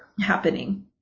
happening